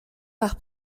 par